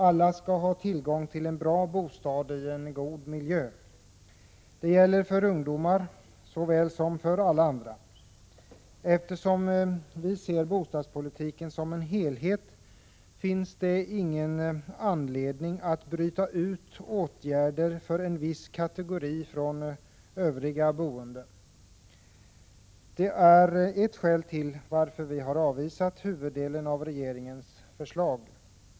Alla skall ha tillgång till en bra bostad i en god miljö. Det gäller för ungdomar såväl som för alla andra. Eftersom vi ser bostadspolitiken som en helhet, finns det ingen anledning att bryta ut åtgärder för en viss kategori från övriga boende. Det är ett skäl varför vi har avvisat huvuddelen av regeringens förslag.